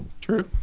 True